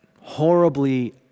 horribly